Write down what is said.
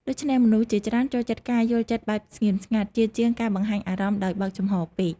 ដូច្នេះ មនុស្សជាច្រើនចូលចិត្តការយល់ចិត្តបែបស្ងៀមស្ងាត់ ជាជាងការបង្ហាញអារម្មណ៍ដោយបើកចំហពេក។